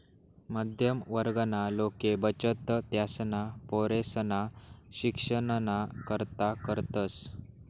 मध्यम वर्गना लोके बचत त्यासना पोरेसना शिक्षणना करता करतस